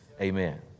Amen